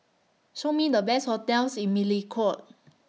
Show Me The Best hotels in Melekeok